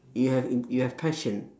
you have you have passion